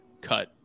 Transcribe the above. cut